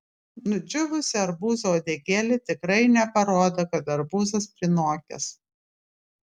nudžiūvusi arbūzo uodegėlė tikrai neparodo kad arbūzas prinokęs